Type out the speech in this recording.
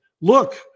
look